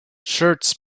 shirts